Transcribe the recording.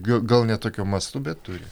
gal gal ne tokiu mastu bet turi